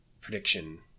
Prediction